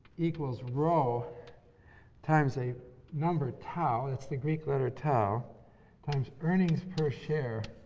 equals rho times a number tau that's the greek letter tau times earnings per share